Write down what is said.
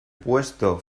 puesto